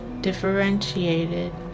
differentiated